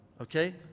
okay